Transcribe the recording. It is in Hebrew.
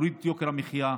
להוריד את יוקר המחיה,